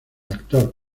actor